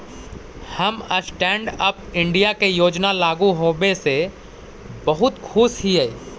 हम stand up India के योजना लागू होबे से बहुत खुश हिअई